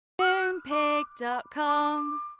Moonpig.com